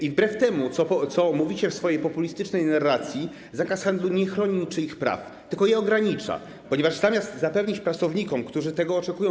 I wbrew temu, co mówicie w swojej populistycznej narracji, zakaz handlu nie chroni niczyich praw, tylko je ogranicza, ponieważ zamiast zapewnić pracownikom, którzy tego oczekują.